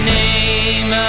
name